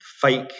fake